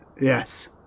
Yes